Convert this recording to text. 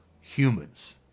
humans